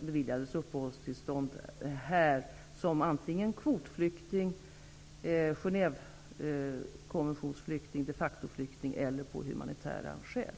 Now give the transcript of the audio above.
beviljades 105 personer uppehållstillstånd i Sverige 1992, antingen som kvotflyktingar, Genèvekonventionsflyktingar, de facto-flyktingar eller av humanitära skäl.